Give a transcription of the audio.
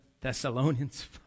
Thessalonians